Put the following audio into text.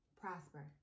prosper